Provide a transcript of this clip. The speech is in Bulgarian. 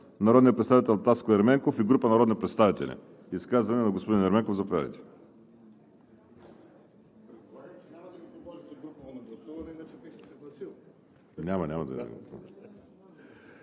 народния представител Таско Ерменков и група народни представители. Изказване на господин Ерменков – заповядайте.